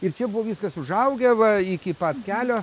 ir čia buvo viskas užaugę va iki pat kelio